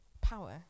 power